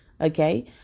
okay